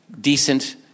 decent